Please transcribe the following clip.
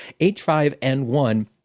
H5N1